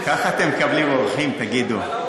ככה אתם מקבלים אורחים, תגידו?